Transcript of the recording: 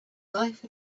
life